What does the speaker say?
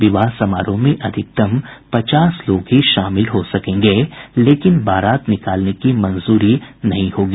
विवाह समारोह में अधिकतम पचास लोग ही शामिल हो सकेंगे लेकिन बारात निकालने की मंजूरी नहीं होगी